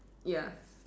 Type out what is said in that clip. ya